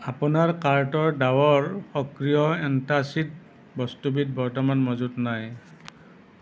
আপোনাৰ কাৰ্টৰ ডাৱৰ সক্ৰিয় এন্টাচিড বস্তুবিধ বৰ্তমান মজুত নাই